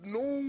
no